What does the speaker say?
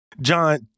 John